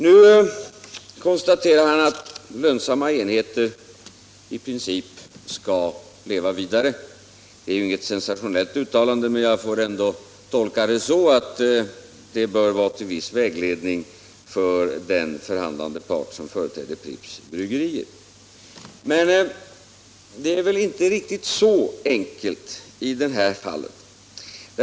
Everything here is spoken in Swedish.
Nu konstaterar herr Mundebo att lönsamma enheter i princip skall leva vidare. Det är ju inget sensationellt uttalande, men jag vill ändå tolka det så, att detta bör vara till viss vägledning för den förhandlande part som företräder Pripps Bryggerier. Emellertid är det väl inte riktigt så enkelt i det här fallet.